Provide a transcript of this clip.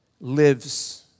lives